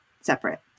separate